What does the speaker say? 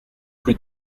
plus